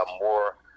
more